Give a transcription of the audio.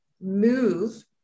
move